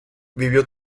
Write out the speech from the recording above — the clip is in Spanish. vivió